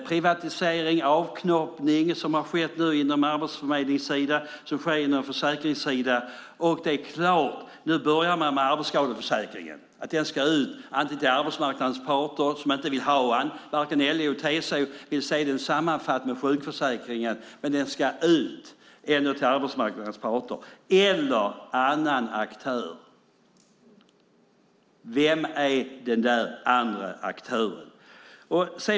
Privatiseringen och avknoppningen som har skett på Arbetsförmedlingens sida som sker nu på försäkringssidan. Man börjar med arbetsskadeförsäkringen. Den ska ut antingen till arbetsmarknadens parter som inte vill ha den - vare sig LO eller TCO vill se den sammansatt med sjukförsäkringen - eller till annan aktör. Vem är den där andre aktören?